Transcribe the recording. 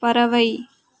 பறவை